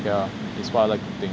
yeah it's what I like to think